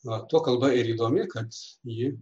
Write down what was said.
na tuo kalba ir įdomi kad ji